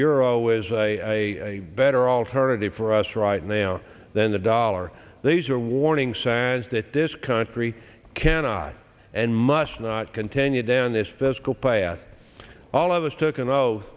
euro is a better alternative for us right now than the dollar these are warning signs that this country cannot and must not continue down this fiscal path all of us took an o